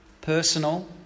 personal